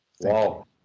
Wow